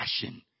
passion